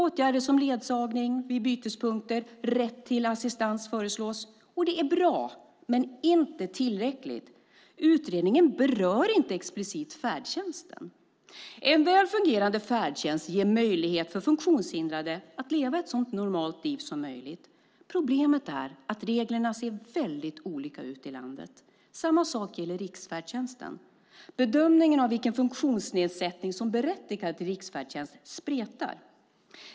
Åtgärder som ledsagning vid bytespunkter och rätt till assistans föreslås. Det är bra men inte tillräckligt. Utredningen berör inte explicit färdtjänsten. En väl fungerande färdtjänst ger möjlighet för funktionshindrade att leva ett så normalt liv som möjligt. Problemet är att reglerna ser väldigt olika ut i landet. Samma sak gäller riksfärdtjänsten. Bedömningarna av vilken funktionsnedsättning som berättigar till riksfärdtjänst spretar.